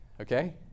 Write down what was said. Okay